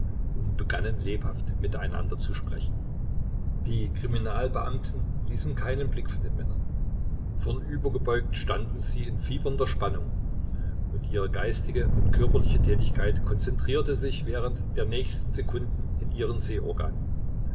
und begannen lebhaft miteinander zu sprechen die kriminalbeamten ließen keinen blick von den männern vornübergebeugt standen sie in fiebernder spannung und ihre geistige und körperliche tätigkeit konzentrierte sich während der nächsten sekunden in ihren